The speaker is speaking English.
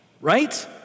Right